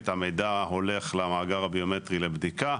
המידע הולך למאגר הביומטרי לבדיקה.